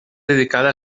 dedicada